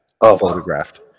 photographed